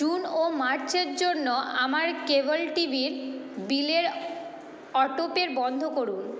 June ও মার্চের জন্য আমার কেবল টিভির বিলের অটোপের বন্ধ করুন